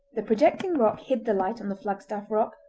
the projecting rock hid the light on the flagstaff rock,